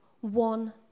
one